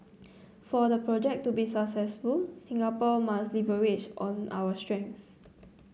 for the project to be successful Singapore must leverage on our strengths